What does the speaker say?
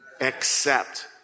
accept